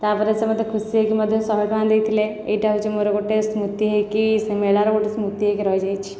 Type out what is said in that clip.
ତା'ପରେ ସେ ମୋତେ ଖୁସି ହେଇକି ମଧ୍ୟ ଶହେ ଟଙ୍କା ଦେଇଥିଲେ ଏଇଟା ହେଉଛି ମୋର ଗୋଟେ ସ୍ମୃତି ହେଇକି ସେ ମେଳାର ଗୋଟିଏ ସ୍ମୃତି ହେଇକି ରହିଯାଇଛି